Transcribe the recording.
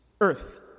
earth